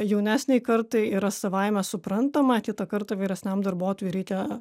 jaunesnei kartai yra savaime suprantama kitą kartą vyresniam darbuotojui reikia